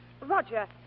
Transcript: Roger